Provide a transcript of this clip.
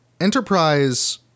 Enterprise